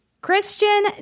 Christian